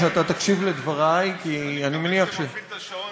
הם, בגלל הפרסום שלהם,